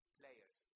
players